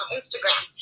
Instagram